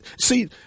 see